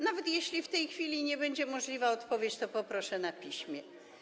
Nawet jeśli w tej chwili nie będzie możliwa odpowiedź, to poproszę na piśmie.